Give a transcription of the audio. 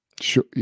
Sure